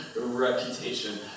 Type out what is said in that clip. reputation